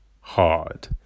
hard